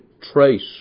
trace